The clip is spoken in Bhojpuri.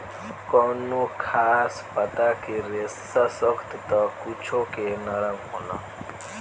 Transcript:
कवनो खास पता के रेसा सख्त त कुछो के नरम होला